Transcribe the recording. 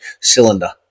Cylinder